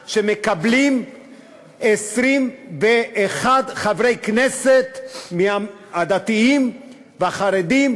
השקלים שמקבלים 21 חברי הכנסת הדתיים והחרדים,